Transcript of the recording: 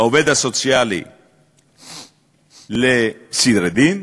העובד הסוציאלי לעניין סדרי דין.